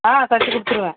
ஆ தச்சு கொடுத்துருவேன்